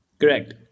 Correct